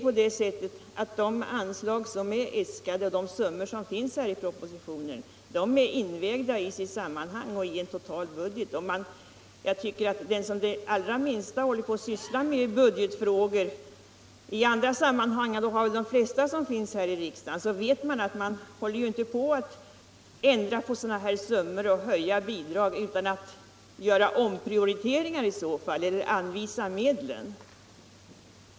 Men de anslag som är äskade och de summor som föreslagits i propositionen är insatta i sitt sammanhang och invägda i en total budget. Den som det minsta har sysslat med budgetfrågor i andra sammanhang —- och det har väl de flesta här i riksdagen — vet att man inte höjer bidragen utan att göra omprioriteringar eller anvisar medlen.